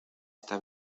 esta